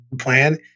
plan